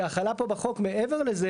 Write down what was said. שהחלה פה בחוק מעבר לזה